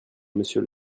monsieur